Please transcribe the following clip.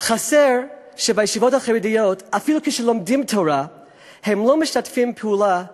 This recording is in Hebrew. חסר בישיבות החרדיות: אפילו כשלומדים תורה הם לא משתפים פעולה בתפילה.